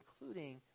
including